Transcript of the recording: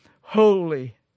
holy